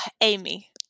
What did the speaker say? Amy